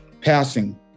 Passing